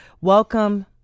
welcome